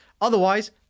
Otherwise